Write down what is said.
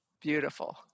beautiful